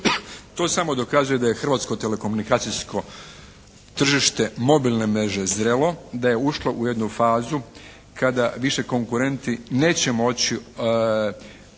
To samo dokazuje da je hrvatsko telekomunikacijsko tržište mobilne mreže zrelo, da je ušlo u jednu fazu kada više konkurenti neće moći